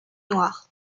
noirs